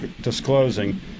disclosing